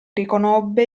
riconobbe